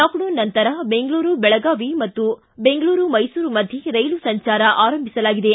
lockdown ನಂತರ ಬೆಂಗಳೂರು ಬೆಳಗಾವಿ ಹಾಗೂ ಬೆಂಗಳೂರು ಮೈಸೂರು ಮಧ್ಯೆ ರೈಲು ಸಂಚಾರ ಆರಂಭಿಸಲಾಗಿದೆ